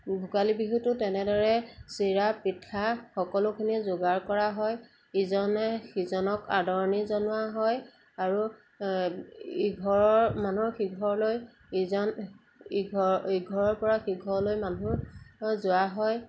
ভোগালী বিহুতো তেনেদৰে চিৰা পিঠা সকলোখিনি যোগাৰ কৰা হয় ইজনে সিজনক আদৰণি জনোৱা হয় আৰু ইঘৰৰ মানুহ সিঘৰলৈ ইজন ইঘৰ ইঘৰৰপৰা সিঘৰলৈ মানুহ যোৱা হয়